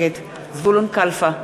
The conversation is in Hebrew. נגד זבולון קלפה,